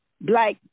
black